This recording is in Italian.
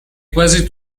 quasi